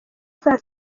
saa